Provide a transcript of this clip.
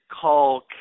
call